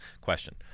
Question